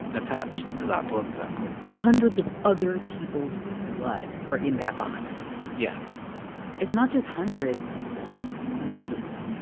attached to that blood sample hundreds of other people's blood were in that box yes it's not just hundreds it's millions.